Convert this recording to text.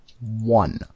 one